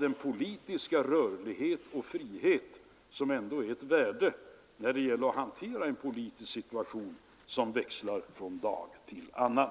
den politiska rörlighet och frihet som ändå är ett värde när det gäller att hantera en politisk situation som växlar från dag till annan.